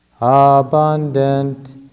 abundant